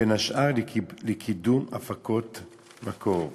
בין השאר לקידום הפקות מקור.